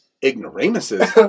ignoramuses